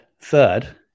third